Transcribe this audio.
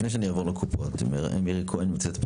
לפני שאני פונה לקופות, נמצאת פה